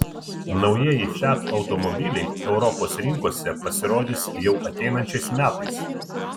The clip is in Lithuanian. naujieji fiat automobiliai europos rinkose pasirodys jau ateinančiais metais